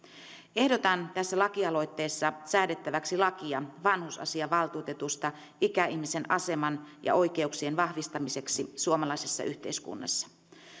ehdotan tässä lakialoitteessa säädettäväksi lakia vanhusasiavaltuutetusta ikäihmisen aseman ja oikeuksien vahvistamiseksi suomalaisessa yhteiskunnassa